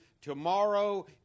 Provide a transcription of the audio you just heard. Tomorrow